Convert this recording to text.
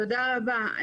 תודה רבה.